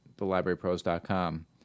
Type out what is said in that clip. thelibrarypros.com